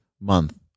month